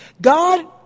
God